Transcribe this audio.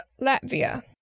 Latvia